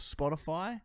Spotify